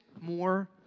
more